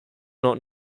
not